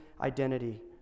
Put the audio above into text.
identity